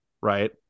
right